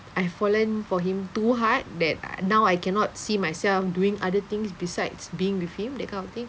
I have fallen for him too hard that uh now I cannot see myself doing other things besides being with him that kind of thing